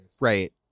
right